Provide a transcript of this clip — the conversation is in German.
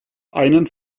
einen